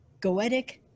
goetic